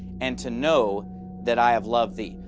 and to know that i have loved thee.